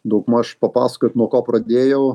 daugmaž papasakojot nuo ko pradėjau